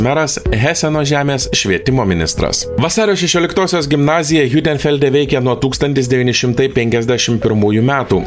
meras heseno žemės švietimo ministras vasario šešioliktosios gimnazija hiutenfelde veikia nuo tūkstantis devyni šimtai penkiasdešim pirmųjų metų